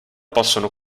possono